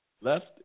Left